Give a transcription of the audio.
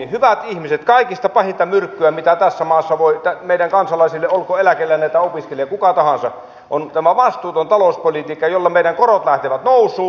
hyvät ihmiset kaikista pahinta myrkkyä mitä tässä maassa voi meidän kansalaisillemme olla olkoon eläkeläinen tai opiskelija kuka tahansa on tämä vastuuton talouspolitiikka jolla meidän korkomme lähtevät nousuun